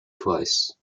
twice